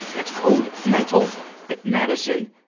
that's code mental at madison-reed.